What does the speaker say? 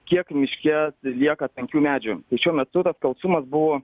kiek miške lieka tankių medžių tai šiuo metu skalsumas buvo